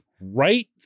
right